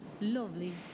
Lovely